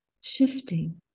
shifting